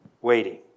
waiting